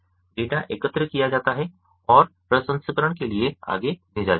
data एकत्र किया जाता है और प्रसंस्करण के लिए आगे भेजा जाता है